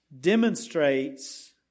demonstrates